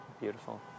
beautiful